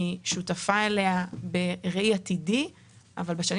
אני שותפה אליה בראייה עתידית אבל בשנים